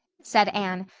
said anne,